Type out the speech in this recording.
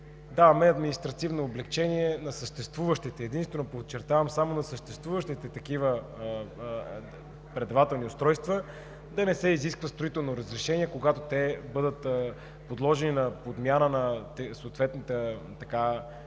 даваме административно облекчение на съществуващите, единствено, подчертавам, само на съществуващите такива предавателни устройства да не се изисква строително разрешение, когато те бъдат подложени на подмяна, на ремонтни